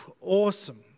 Awesome